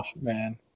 man